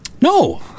No